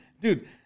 Dude